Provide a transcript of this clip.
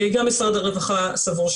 גם משרד הרווחה סברו,